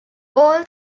all